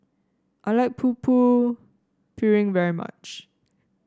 I like Putu Piring very much